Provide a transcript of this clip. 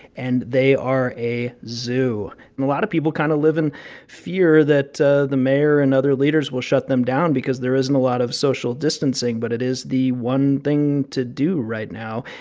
and they are a zoo. and a lot of people kind of live in fear that the the mayor and other leaders will shut them down because there isn't a lot of social distancing, but it is the one thing to do right now.